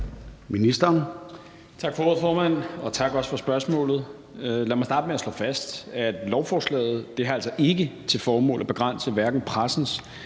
Tak for ordet, formand, og også tak for spørgsmålet. Lad mig starte med at slå fast, at lovforslaget altså ikke har til formål at begrænse hverken pressens